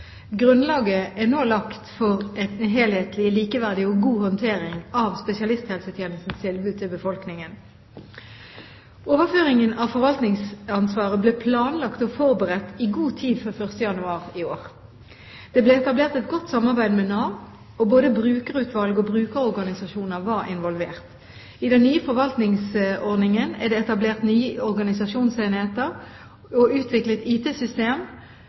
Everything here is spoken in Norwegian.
Grunnlaget er nå lagt for en helhetlig, likeverdig og god håndtering av spesialisthelsetjenestens tilbud til befolkningen. Overføringen av forvaltningsansvaret ble planlagt og forberedt i god tid før 1. januar i år. Det ble etablert et godt samarbeid med Nav, og både brukerutvalg og brukerorganisasjoner var involvert. I den nye forvaltningsordningen er det etablert nye organisasjonsenheter og utviklet